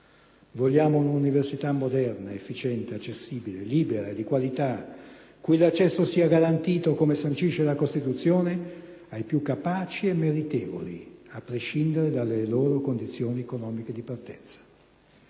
Vogliamo un'università moderna, efficiente, accessibile, libera e di qualità, cui l'accesso sia garantito, come sancisce la Costituzione, ai più capaci e meritevoli, a prescindere dalle loro condizioni economiche di partenza.